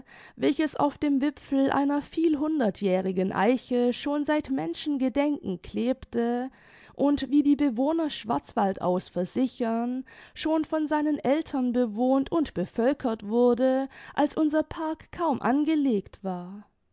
welches auf dem wipfel einer vielhundertjährigen eiche schon seit menschengedenken klebte und wie die bewohner schwarzwaldau's versichern schon von seinen eltern bewohnt und bevölkert wurde als unser park kaum angelegt war